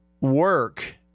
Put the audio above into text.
work